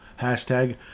hashtag